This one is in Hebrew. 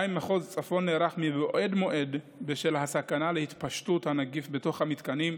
מחוז צפון נערך מבעוד מועד בשל הסכנה להתפשטות הנגיף בתוך המתקנים.